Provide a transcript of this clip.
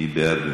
מי בעד?